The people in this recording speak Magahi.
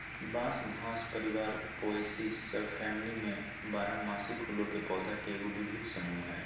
बांस घास परिवार पोएसी सबफैमिली में बारहमासी फूलों के पौधा के एगो विविध समूह हइ